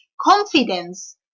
Confidence